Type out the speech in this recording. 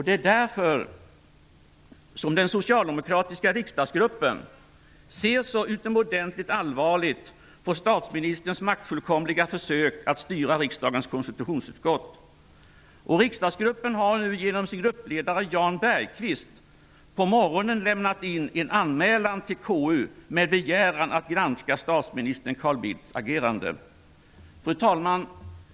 Det är därför som den socialdemokratiska riksdagsgruppen ser så utomordentligt allvarligt på statsministerns maktfullkomliga försök att styra riksdagens konstitutionsutskott. Riksdagsgruppen har genom sin gruppledare Jan Bergqvist nu på morgonen lämnat in en anmälan till KU med begäran att granska statsminister Carl Bildts agerande. Fru talman!